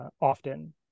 often